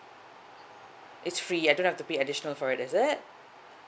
it's free I don't have to pay additional for it is it